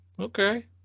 Okay